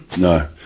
no